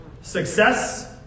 Success